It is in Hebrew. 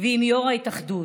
ועם יו"ר ההתאחדות.